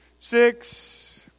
six